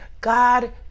God